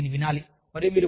కాబట్టి మీరు దీనిని వినాలి